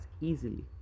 easily